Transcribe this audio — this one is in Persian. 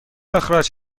اخراج